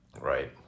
Right